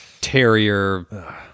terrier